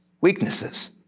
weaknesses